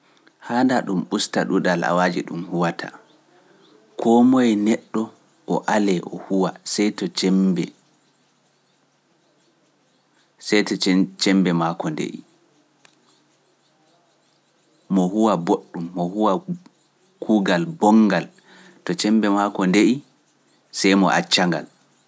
haandaa ɗum ɓusta ɗuuɗal awaaji ɗum huwata. Koo moye neɗɗo o alee o huwa sey to cemmbe, sey to cemmbe maako nde'i, mo huwa booɗɗum, mo huwa ku- mo huwa kuugal boonngal, to cemmbe maako nde'ii, sey mo acca-ngal